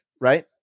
right